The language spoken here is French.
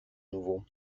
nouveau